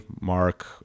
mark